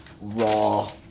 raw